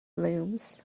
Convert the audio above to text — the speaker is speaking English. looms